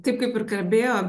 taip ir kalbėjo